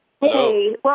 Hey